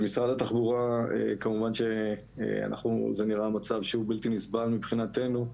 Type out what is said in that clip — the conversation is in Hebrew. ממשרד התחבורה כמובן שזה נראה מצב שהוא בלתי נסבל מבחינתנו.